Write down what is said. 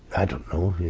i don't know,